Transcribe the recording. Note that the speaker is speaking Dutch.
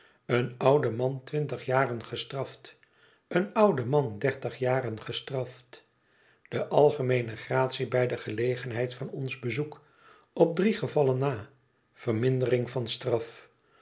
een oude man twintig jaren gestraft een oude man dertig jaren gestraft de algemeene gratie bij de gelegenheid van ons bezoek op drie gevallen na vermindering van straf